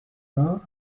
teint